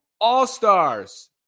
All-Stars